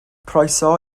croeso